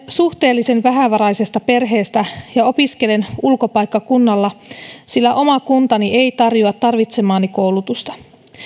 suhteellisen vähävaraisesta perheestä ja opiskelen ulkopaikkakunnalla sillä oma kuntani ei tarjoa tarvitsemaani koulutusta